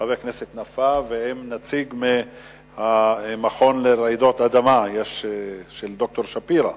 חבר הכנסת נפאע ועם נציג מהמכון לרעידות אדמה של ד"ר שפירא.